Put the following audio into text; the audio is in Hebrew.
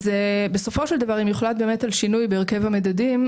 בסופו של דבר אם יוחלט על שינוי בהרכב המדדים,